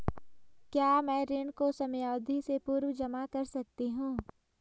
क्या मैं ऋण को समयावधि से पूर्व जमा कर सकती हूँ?